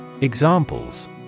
Examples